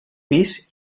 pis